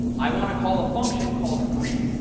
i want to call the function called greet.